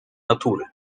natury